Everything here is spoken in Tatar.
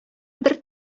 бер